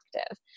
active